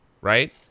right